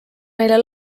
meile